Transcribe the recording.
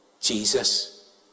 Jesus